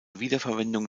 wiederverwendung